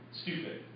stupid